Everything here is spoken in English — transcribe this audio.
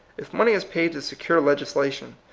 if money is paid to secure legislation,